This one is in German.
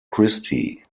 christie